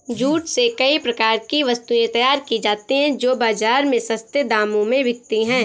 jute से कई प्रकार की वस्तुएं तैयार की जाती हैं जो बाजार में सस्ते दामों में बिकती है